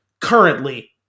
currently